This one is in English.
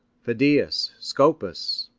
phidias, scopas,